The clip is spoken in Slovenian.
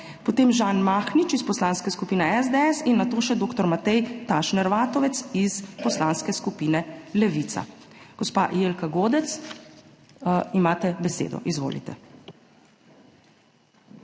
potem Žan Mahnič iz Poslanske skupine SDS in nato še dr. Matej Tašner Vatovec iz Poslanske skupine Levica. Gospa Jelka Godec, imate besedo, izvolite.